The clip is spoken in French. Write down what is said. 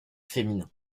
féminin